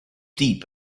deep